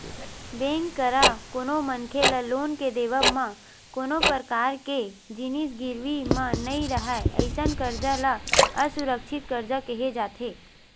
bank करा कोनो मनखे ल लोन के देवब म कोनो परकार के जिनिस गिरवी म नइ राहय अइसन करजा ल असुरक्छित करजा केहे जाथे